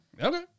Okay